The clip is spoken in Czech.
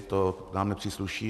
To nám nepřísluší.